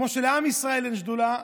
כמו שלעם ישראל אין שדולה,